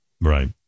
Right